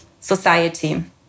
society